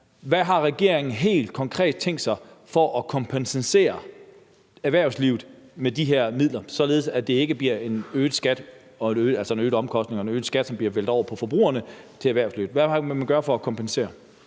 Hvad har regeringen helt konkret tænkt sig at gøre for at kompensere erhvervslivet i forhold til de her midler, således at det ikke bliver en øget omkostning og en øget skat til erhvervslivet, som bliver væltet over på forbrugerne? Hvad vil man gøre for at kompensere?